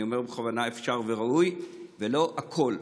אני אומר בכוונה "אפשר וראוי", ולא "הכול",